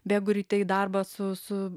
bėgu ryte į darbą su su